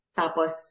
tapos